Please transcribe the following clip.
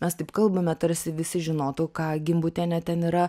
mes taip kalbame tarsi visi žinotų ką gimbutienė ten yra